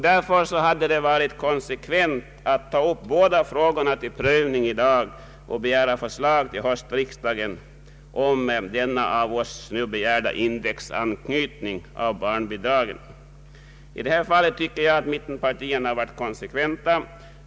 Det hade därför varit konsekvent att ta upp båda dessa frågor till prövning i dag och att begära förslag till höstriksdagen om den av oss yrkade indexanknytningen av barnbidragen. Mittenpartierna har här varit konskeventa.